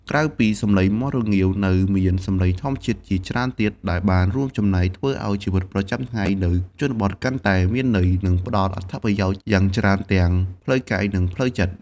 ក្រៅពីសំឡេងមាន់រងាវ នៅមាន សំឡេងធម្មជាតិ ជាច្រើនទៀតដែលបានរួមចំណែកធ្វើឱ្យជីវិតប្រចាំថ្ងៃនៅជនបទកាន់តែមានន័យ និងផ្តល់អត្ថប្រយោជន៍យ៉ាងច្រើនទាំងផ្លូវកាយ និងផ្លូវចិត្ត។